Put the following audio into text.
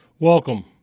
Welcome